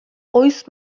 oiz